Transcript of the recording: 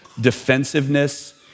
defensiveness